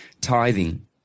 tithing